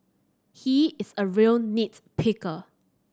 he is a real nit picker